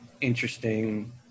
interesting